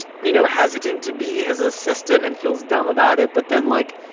you know, hesitant to be his assistant and feels dumb about it but then, like,